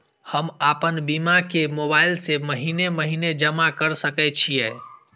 हम आपन बीमा के मोबाईल से महीने महीने जमा कर सके छिये?